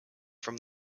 from